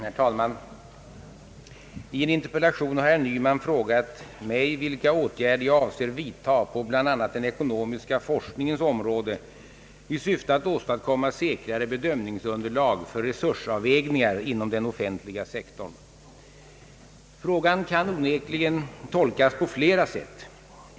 Herr talman! I en interpellation har herr Nyman frågat mig, vilka åtgärder jag avser vidta på bl.a. den ekonomiska forskningens område i syfte att åstadkomma säkrare bedömningsunderlag för resursavvägningar inom den offentliga sektorn. Frågan kan onekligen tolkas på flera sätt.